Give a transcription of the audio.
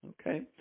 Okay